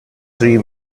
three